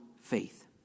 faith